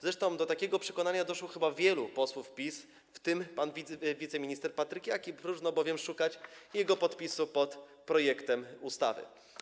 Zresztą do takiego przekonania doszło chyba wielu posłów PiS, w tym pan wiceminister Patryk Jaki, bowiem próżno szukać jego podpisu pod projektem ustawy.